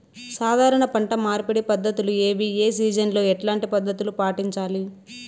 సాధారణ పంట మార్పిడి పద్ధతులు ఏవి? ఏ సీజన్ లో ఎట్లాంటి పద్ధతులు పాటించాలి?